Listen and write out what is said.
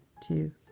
two,